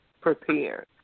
prepared